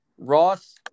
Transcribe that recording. Ross